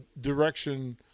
direction